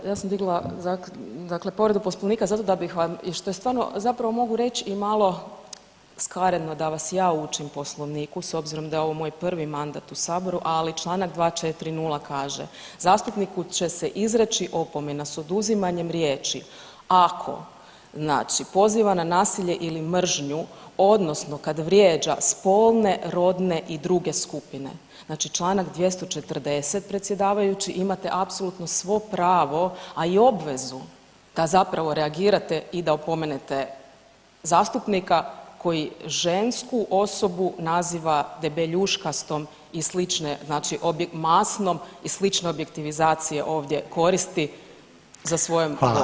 Da, ja sam digla dakle povreda poslovnika zato da bih vam i što stvarno zapravo mogu reći i malo skaredno da vas ja učim poslovniku s obzirom da je ovo moj prvi mandat u saboru, ali čl. 240. kaže, zastupniku će se izreći opomena s oduzimanjem riječi ako znači poziva na nasilje ili mržnju odnosno kad vrijeđa spolne, rodne i druge skupine, znači čl. 240. predsjedavajući imate apsolutno svo pravo, a i obvezu da zapravo reagirate i da opomenete zastupnika koji žensku osobu naziva debeljuškastom i slične masnom i slične objektivizacije ovdje koristi za svojom